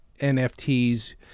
nfts